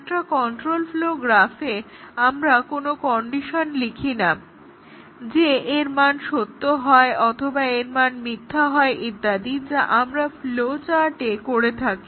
একটা control flow গ্রাফে আমরা কোনো কন্ডিশন লিখিনা যে এর মান সত্য হয় অথবা এর মান মিথ্যা হয় ইত্যাদি যা আমরা ফ্লো চার্টে করে থাকি